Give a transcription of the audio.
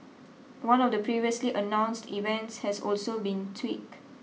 one of the previously announced events has also been tweak